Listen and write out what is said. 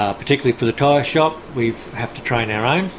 ah particularly for the tyre shop we have to train our own.